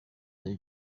les